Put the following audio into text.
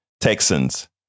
Texans